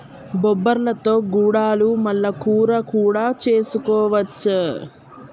బొబ్బర్లతో గుడాలు మల్ల కూర కూడా చేసుకోవచ్చు